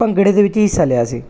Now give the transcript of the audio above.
ਭੰਗੜੇ ਦੇ ਵਿੱਚ ਹਿੱਸਾ ਲਿਆ ਸੀ